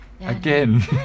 Again